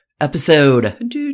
episode